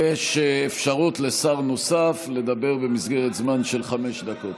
יש אפשרות לשר נוסף לדבר במסגרת זמן של חמש דקות.